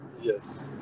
Yes